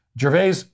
Gervais